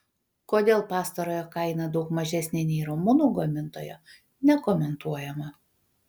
kodėl pastarojo kaina daug mažesnė nei rumunų gamintojo nekomentuojama